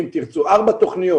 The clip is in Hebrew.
ארבע תוכניות